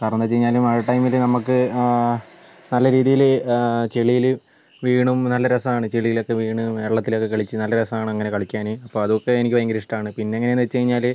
കാരണം എന്ന് വെച്ച് കഴിഞ്ഞാൽ മഴ ടൈമിൽ നമുക്ക് നല്ല രീതിയിൽ ചെളിയിൽ വീണും നല്ല രസമാണ് ചെളിയിലൊക്കെ വീണും വെള്ളത്തിലൊക്കെ കളിച്ച് നല്ല രസമാണ് അങ്ങനെ കളിയ്ക്കാൻ അപ്പം അതൊക്കെ എനിക്ക് ഭയങ്കര ഇഷ്ടമാണ് പിന്നെ എങ്ങനെയാണ് എന്ന് വെച്ച് കഴിഞ്ഞാൽ